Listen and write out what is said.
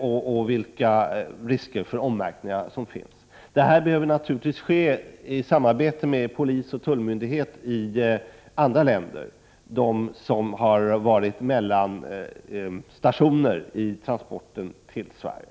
och vilka risker för ommärkning som finns. Detta behöver naturligtvis ske i samarbete med polisoch tullmyndigheterna i andra länder, de länder som varit mellanstationer vid transporten till Sverige.